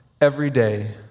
everyday